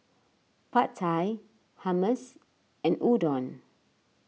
Pad Thai Hummus and Udon